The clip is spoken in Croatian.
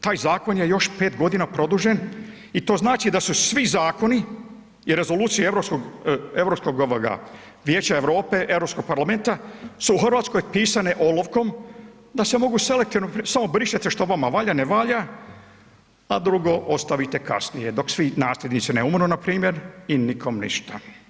Taj zakon je još 5 godina produžen i to znači da su svi zakoni i rezolucije Europskog vijeća Europe, EU parlamenta su u Hrvatskoj pisane olovkom da se mogu selektivno samo brišete što vama valja, ne valja, a drugo ostavite kasnije, dok svi nasljednici ne umru npr. i nikom ništa.